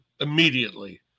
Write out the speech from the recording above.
immediately